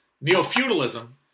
neo-feudalism